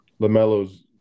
LaMelo's